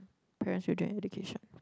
parents should join education